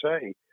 say